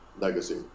Legacy